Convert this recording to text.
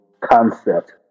concept